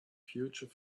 future